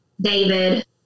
David